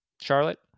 charlotte